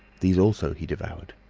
these also he devoured.